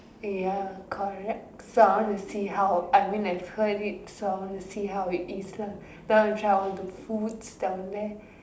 ya correct so I want to see how I mean I have heard it so I want to see how it is lah but I want to try all the foods down there